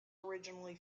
originally